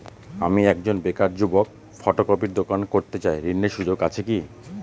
আমি একজন বেকার যুবক ফটোকপির দোকান করতে চাই ঋণের সুযোগ আছে কি?